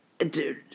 Dude